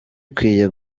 ikwiye